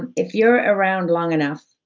and if you're around long enough,